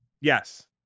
Yes